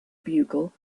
bugle